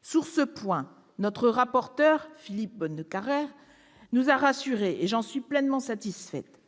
Sur ce point, notre rapporteur, Philippe Bonnecarrère, nous a rassurés, et j'en suis pleinement satisfaite.